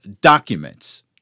documents